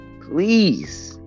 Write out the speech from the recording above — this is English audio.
please